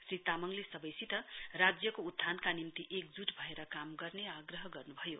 श्री तामाङले सबैसित राज्यको उत्थानका निम्ति एकजुट भएर काम गर्ने आग्रह गर्नु भयो